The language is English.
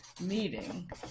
meeting